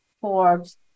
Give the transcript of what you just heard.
Forbes